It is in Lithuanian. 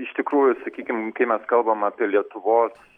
iš tikrųjų sakykim kai mes kalbam apie lietuvos